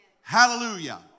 Hallelujah